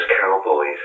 cowboys